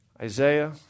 Isaiah